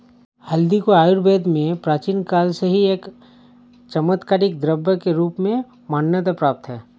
हल्दी को आयुर्वेद में प्राचीन काल से ही एक चमत्कारिक द्रव्य के रूप में मान्यता प्राप्त है